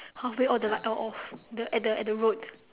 halfway all the light all off the at the at the road